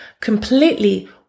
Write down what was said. completely